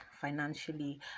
financially